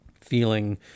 feeling